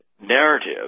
narrative